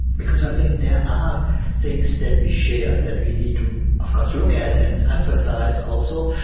because i think there are things that we share that we need to, of course, look at and emphasise also,